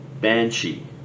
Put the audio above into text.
Banshee